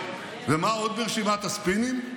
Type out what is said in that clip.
ומה עוד ברשימת הספינים?